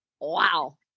Wow